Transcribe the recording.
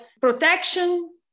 protection